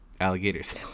alligators